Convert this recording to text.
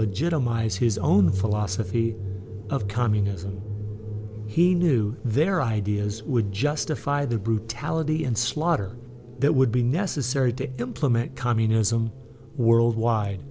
legitimize his own philosophy of communism he knew their ideas would justify the brutality and slaughter that would be necessary to implement communism worldwide